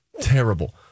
terrible